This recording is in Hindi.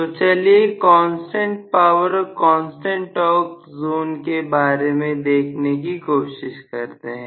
तो चलिए कांस्टेंट पावर और कांस्टेंट टॉर्क जोन के बारे में देखने की कोशिश करते हैं